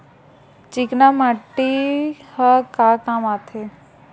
चिकना माटी ह का काम आथे?